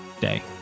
day